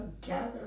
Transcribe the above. gather